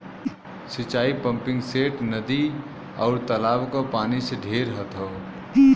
सिंचाई पम्पिंगसेट, नदी, आउर तालाब क पानी से ढेर होत हौ